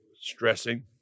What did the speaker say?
stressing